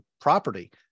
property